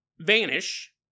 vanish